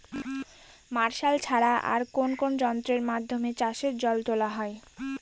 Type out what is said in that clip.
Martial ছাড়া আর কোন কোন যন্ত্রেরর মাধ্যমে চাষের জল তোলা হয়?